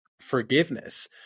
forgiveness